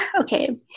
okay